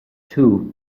too